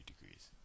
degrees